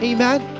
Amen